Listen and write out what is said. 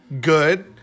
good